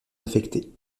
affecté